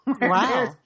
Wow